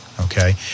Okay